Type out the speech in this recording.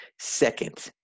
Second